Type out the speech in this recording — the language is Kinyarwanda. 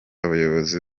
abayobozi